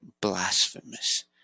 blasphemous